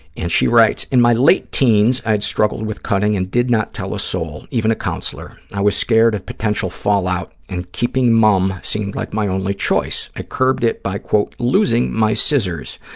and she writes, in my late teens, i had struggled with cutting and did not tell a soul, even a counselor. i was scared of potential fallout and keeping mum seemed like my only choice. i curbed it by, quote, losing my scissors,